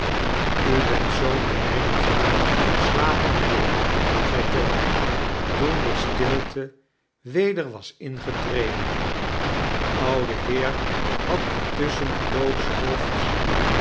u beint zoo'n benijdenswaardig goede slaper mijnheer zed john toen de stilt weder was mgetreden de oude heer had intusschen